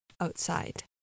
outside